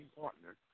partner